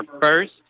first